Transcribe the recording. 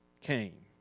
came